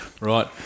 Right